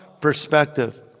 perspective